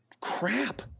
crap